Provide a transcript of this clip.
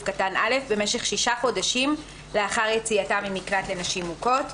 קטן (א) במשך שישה חודשים לאחר יציאתה ממקלט לנשים מוכות.